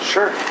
Sure